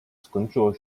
skończyło